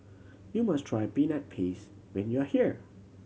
you must try Peanut Paste when you are here